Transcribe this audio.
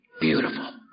Beautiful